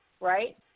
right